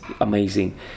amazing